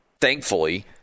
thankfully –